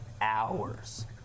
hours